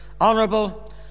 honourable